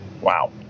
Wow